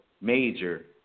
major